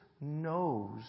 knows